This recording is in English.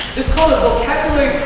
is called a vocabulary